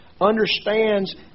understands